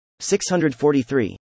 643